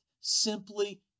simply